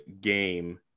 game